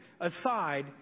aside